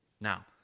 Now